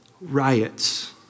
riots